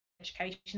education